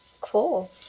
Cool